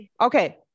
Okay